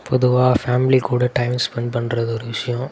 பொதுவாக ஃபேம்லி கூட time spent பண்ணுறது ஒரு விஷயம்